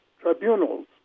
tribunals